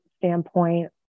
standpoint